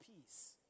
peace